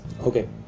okay